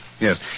Yes